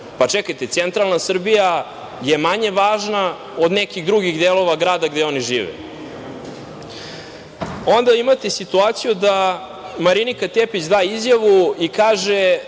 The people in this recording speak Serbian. Pa čekajte, centralna Srbija je manje važna od nekih drugih delova grada gde oni žive? Onda imate situaciju da Marinika Tepić da izjavu i kaže